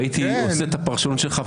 עם הפרשנות שלך,